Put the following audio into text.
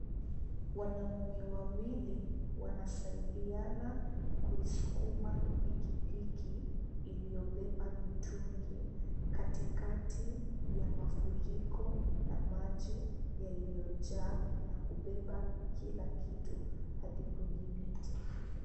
Wanaume wawili wanasaidiana kuiskuma pikipiki iliyobeba mitungi katikati ya mafuriko na maji yaliyojaa na kubeba kila kitu hadi kwenye miti.